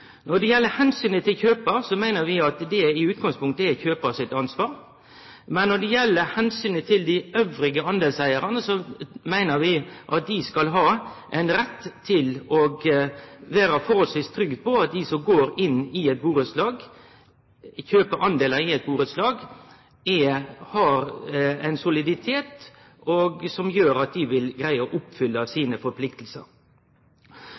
Når det gjeld omsynet til kjøparen, meiner vi at det i utgangspunktet er kjøparen sitt eige ansvar, men når det gjeld omsynet til dei andre deleigarane, meiner vi at dei skal ha rett til å vere forholdsvis trygge på at dei som kjøper delar i eit burettslag, har ein soliditet som gjer at dei vil greie å